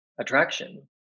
attraction